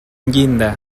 llinda